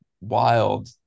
wild